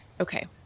Okay